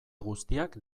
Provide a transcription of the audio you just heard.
guztiak